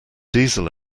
diesel